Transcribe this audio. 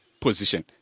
position